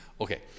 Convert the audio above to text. Okay